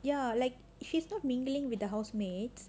ya like she's not mingling with the housemaids